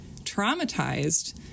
traumatized